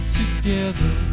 together